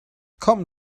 kommen